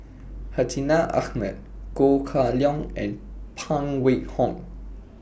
Hartinah Ahmad Go Kah Leong and Phan Wait Hong